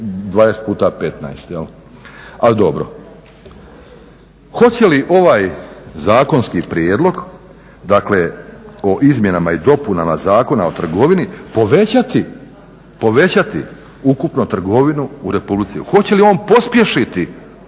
20 puta 15. Ali dobro. Hoće li ovaj zakonski prijedlog o izmjenama i dopunama Zakona o trgovini povećati ukupnu trgovinu u Republici Hrvatskoj, hoće li on pospješiti